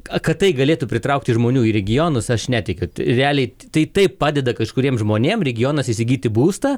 kad tai galėtų pritraukti žmonių į regionus aš netikiu realiai tai taip padeda kažkuriem žmonėm regionuose įsigyti būstą